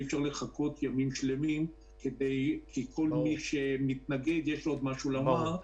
אי אפשר לחכות ימים שלמים כי לכל מי שמתנגד יש עוד משהו לומר.